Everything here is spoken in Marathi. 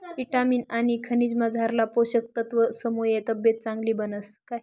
ईटामिन आनी खनिजमझारला पोषक तत्वसमुये तब्येत चांगली बनस